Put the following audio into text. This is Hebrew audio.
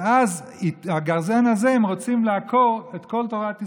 ואז בגרזן הזה הם רוצים לעקור את כל תורת ישראל.